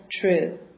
true